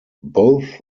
both